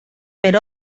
per